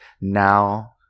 Now